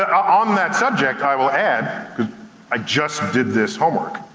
on that subject, i will add. i just did this homework,